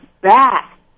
back